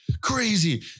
Crazy